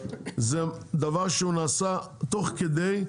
זה דבר שהוא נעשה תוך כדי,